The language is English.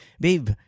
babe